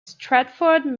stafford